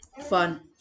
Fun